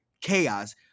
chaos